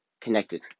connected